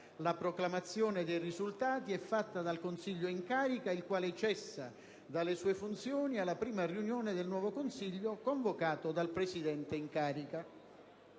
La proclamazione dei risultati è fatta dal Consiglio in carica, il quale cessa dalle sue funzioni alla prima riunione del nuovo Consiglio convocato dal presidente in carica».